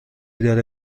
داره